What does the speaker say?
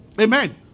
Amen